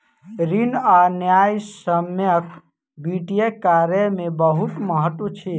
ऋण आ न्यायसम्यक वित्तीय कार्य में बहुत महत्त्व अछि